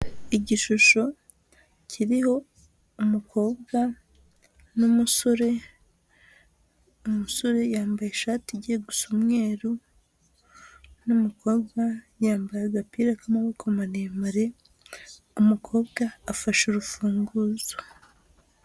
Igishusho kiriho umukobwa n'umusore, umusore yambaye ishati igiye gusa umweru n'umukobwa yambaye agapira k'amaboko maremare, umukobwa afashe urufunguzo.